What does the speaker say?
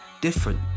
different